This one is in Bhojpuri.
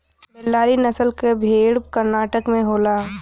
बेल्लारी नसल क भेड़ कर्नाटक में होला